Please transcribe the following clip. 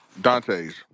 Dante's